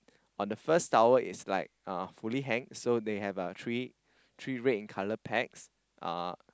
on the first towel is like uh fully hang so they have uh three three red in colour pegs uh